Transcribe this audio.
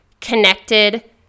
connected